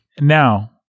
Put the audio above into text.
Now